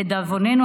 לדאבוננו,